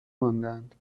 ماندهاند